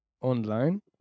online